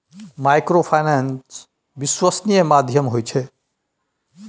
Microfinance विश्वासनीय माध्यम होय छै?